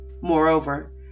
Moreover